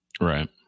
Right